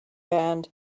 band